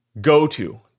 Go-to